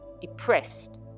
depressed